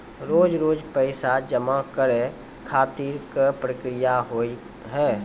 रोज रोज पैसा जमा करे खातिर का प्रक्रिया होव हेय?